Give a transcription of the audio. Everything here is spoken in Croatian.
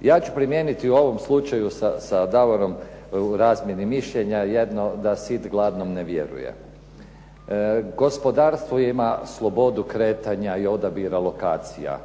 Ja ću primijeniti u ovom slučaju sa Davorom u razmjeni mišljenja jedno da “sit gladnom ne vjeruje“. Gospodarstvo ima slobodu kretanja i odabira lokacija.